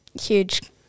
huge